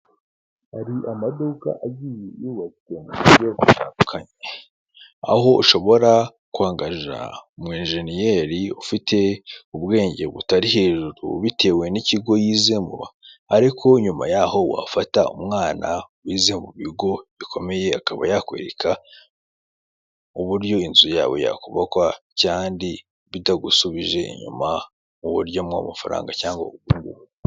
Hari amaduka agiye yubatswe muburyo butandukanye aho ushobora kwangaja umujeniyeri ufite ubwenge butari hejuru bitewe n'ikigo yizemo ariko nyuma yaho wafata umwana wize mu bigo bikomeye akaba yakwereka uburyo inzu yawe yakubokwa kandi bitagusubije inyuma mu buryo bw"amafaranga cyangwa ubundi.